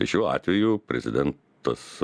tai šiuo atveju prezidentas